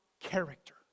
character